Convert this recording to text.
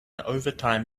overtime